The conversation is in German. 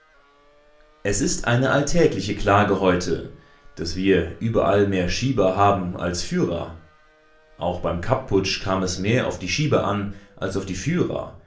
es ist eine alltägliche klage heute daß wir überall mehr schieber haben als führer auch beim kapp-putsch kam es mehr auf die schieber an als auf die führer